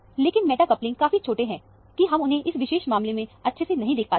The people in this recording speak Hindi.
लेकिन मेटा कपलिंग काफी छोटे हैं कि हम उन्हें इस विशेष मामले में अच्छे से नहीं देख पाते हैं